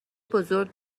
بزرگ